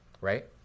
Right